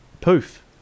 poof